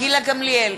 גילה גמליאל,